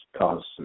causes